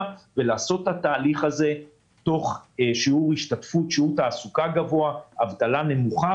ולעשות את התהליך הזה תוך שיעור השתתפות גבוה בתעסוקה ושיעור אבטלה נמוך.